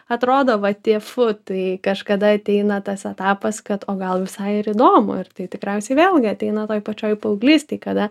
atrodo va tie fu tai kažkada ateina tas etapas kad o gal visai ir įdomu ir tai tikriausiai vėlgi ateina toj pačioj paauglystėj kada